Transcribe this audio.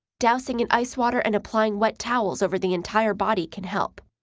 dousing in ice water and applying wet towels over the entire body can help.